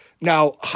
Now